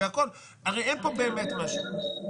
הרי אין פה באמת משהו.